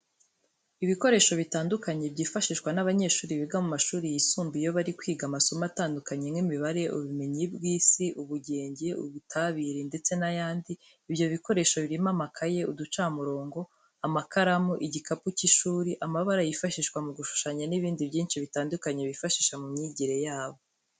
Ibikoresho bitandukanye byifashishwa n'abanyeshuri biga mu mashuri yisimbuye iyo bari kwiga amasomo atandukanye nk'imibare, ubumenyi bw'Isi, ubugenge, uibutabire ndetse n'ayandi. Ibyo bikoresho birimo amakayi, uducamurongo. amakaramu, igikapu cy'ishuri, amabara yifashishwa mu gushushanya n'ibindi byinshi bitandukanye bibafasha mu myigire yabo.